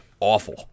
awful